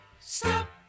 stop